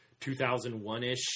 2001-ish